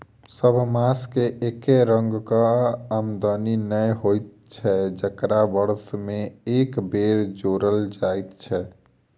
सभ मास मे एके रंगक आमदनी नै होइत छै जकरा वर्ष मे एक बेर जोड़ल जाइत छै